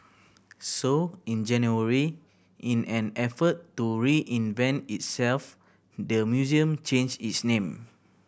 so in January in an effort to reinvent itself the museum changed its name